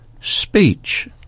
speech